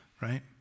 right